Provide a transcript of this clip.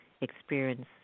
experience